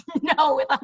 no